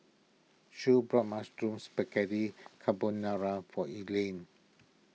Shae bought Mushroom Spaghetti Carbonara for Elaine